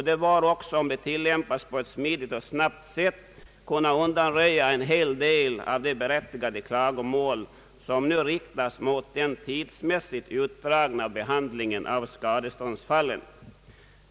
Det bör också om det tilllämpas på ett smidigt och snabbt sätt kunna undanröja en hel del av de berättigade klagomål som nu riktas mot den tidsmässigt utdragna behandlingen av skadeståndsfallen.